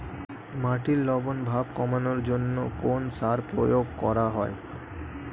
মাটির লবণ ভাব কমানোর জন্য কোন সার প্রয়োগ করা হয়?